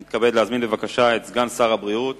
אני מתכבד להזמין בבקשה את סגן שר הבריאות